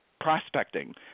prospecting